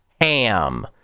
ham